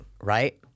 right